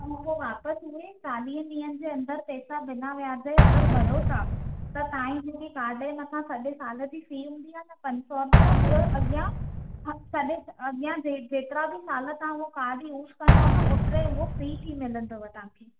हा ऐं वापस उहे चालीह ॾींहंनि जे अन्दर पैसा बिना व्याज जे अगरि भरियो था त तव्हां जी जेकी कार्ड जे मथां सॼे साल जी फ़ी हूंदी आहे न पंज सौ रुपिया उहे अॻियां सॼो अॻियां जेतिरा बि साल तव्हां उहो कार्ड यूस कंदव न ओतिरो ई उहो फ़्री थी मिलन्दव तव्हां खे